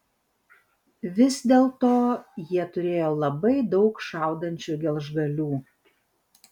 vis dėlto jie turėjo labai daug šaudančių gelžgalių